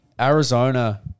Arizona